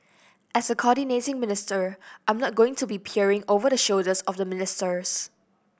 as a coordinating minister I'm not going to be peering over the shoulders of the ministers